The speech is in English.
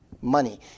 money